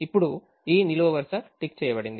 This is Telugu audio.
ఇప్పుడు ఈ నిలువు వరుస టిక్ చేయబడింది